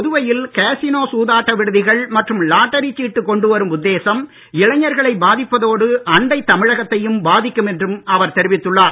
புதுவையில் காசினோ சூதாட்ட விடுதிகள் மற்றும் லாட்டரி சீட்டு கொண்டு வரும் உத்தேசம் இளைஞர்களை பாதிப்பதோடு அண்டை தமிழகத்தையும் பாதிக்கும் என்றும் அவர் தெரிவித்துள்ளார்